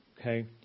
Okay